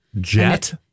Jet